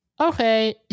Okay